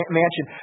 mansion